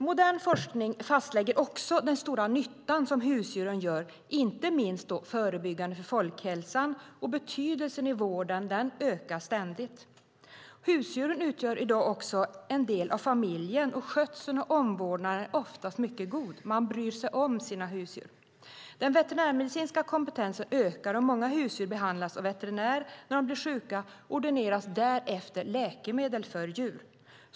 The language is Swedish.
Modern forskning fastlägger den stora nyttan som husdjuren gör, inte minst förebyggande för folkhälsan, och betydelsen i vården ökar ständigt. Husdjuren utgör i dag också en del av familjen, och skötseln och omvårdnaden är oftast mycket god. Man bryr sig om sina husdjur. Den veterinärmedicinska kompetensen ökar, och många husdjur behandlas av veterinär när de blivit sjuka och ordineras därefter läkemedel för djur.